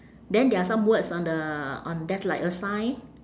then there are some words on the on there's like a sign